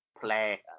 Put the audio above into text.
play